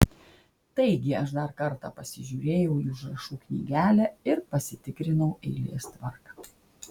taigi aš dar kartą pasižiūrėjau į užrašų knygelę ir pasitikrinau eilės tvarką